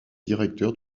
directeur